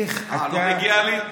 ואיך אתה, לא מגיע לי?